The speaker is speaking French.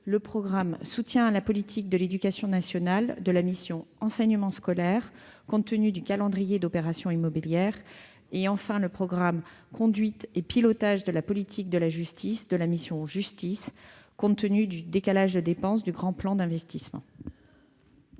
le programme « Soutien à la politique de l'éducation nationale » de la mission « Enseignement scolaire », compte tenu du calendrier d'opérations immobilières ; enfin, le programme « Conduite et pilotage de la politique de la justice » de la mission « Justice », compte tenu du décalage de dépenses du Grand Plan d'investissement.